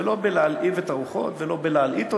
ולא בלהלהיב את הרוחות, ולא בלהלהיט אותן,